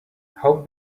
how